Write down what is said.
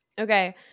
okay